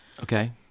Okay